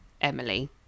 Emily